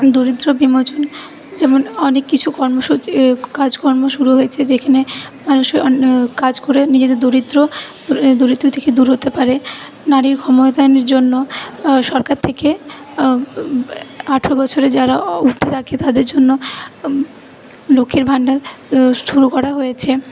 দরিদ্র বিমোচন যেমন অনেক কিছু কর্মসূচি কাজ কর্ম শুরু হয়েছে যেখানে মানুষের অনে কাজ করে নিজেদের দরিদ্র দরিদ্র থেকে দূর হতে পারে নারীর ক্ষমতায়নের জন্য ও সরকার থেকে আঠেরো বছরের যারা ঊর্ধ্বে থাকে তাদের জন্য লক্ষ্মীর ভাণ্ডার শুরু করা হয়েছে